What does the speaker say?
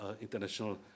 international